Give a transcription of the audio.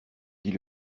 dit